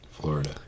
florida